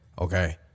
Okay